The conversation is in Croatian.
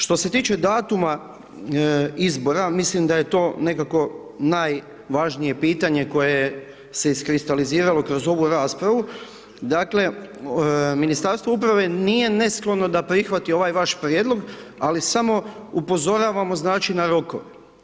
Što se tiče datuma izbora, mislim da je to nekako najvažnije pitanje koje se iskristaliziralo kroz ovu raspravu, dakle, Ministarstvo uprave nije nesklono da prihvati ovaj vaš prijedlog, ali samo upozoravamo, znači, na rokove.